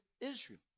Israel